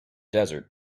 desert